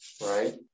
right